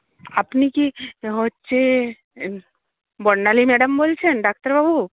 আপনি কি হচ্ছে বর্ণালী ম্যাডাম বলছেন ডাক্তারবাবু